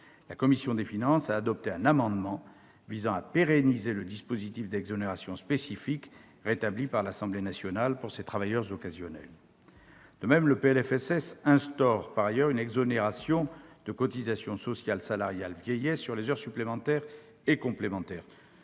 La commission des finances a adopté un amendement visant à pérenniser le dispositif d'exonérations spécifiques rétabli par l'Assemblée nationale pour ces travailleurs occasionnels. Le projet de loi de financement de la sécurité sociale instaure par ailleurs une exonération de cotisations sociales salariales vieillesse sur les heures supplémentaires et complémentaires.